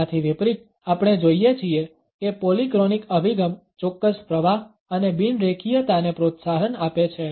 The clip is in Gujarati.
તેનાથી વિપરીત આપણે જોઈએ છીએ કે પોલીક્રોનિક અભિગમ ચોક્કસ પ્રવાહ અને બિન રેખીયતાને પ્રોત્સાહન આપે છે